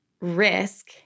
risk